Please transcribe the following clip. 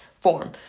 form